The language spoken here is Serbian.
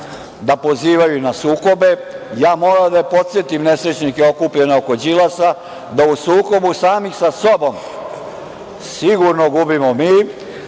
da pozivaju na sukobe. Ja moram da podsetim nesrećnike okupljene oko Đilasa, da u sukobu samih sa sobom sigurno gubimo mi,